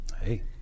Hey